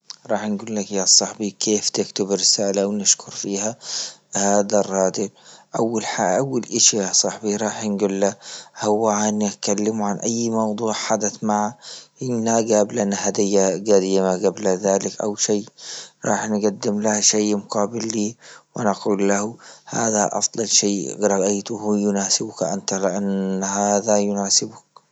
راح نقول لك يا صاحبي كيف تكتب رسالة ونشكر فيها هذا رادل، أول ح- أول إشي يا صاحبي رايحين قاله هوا عن أكلمه عن أي موضوع حدث مه، إن قاب لنا هدية قديمة قبل ذلك أو شيء راح نقدم لها شيء مقابل لي، ونقول له هذا أفضل شيء رأيته يناسبك أنت لأن هذا يناسبك.